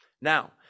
Now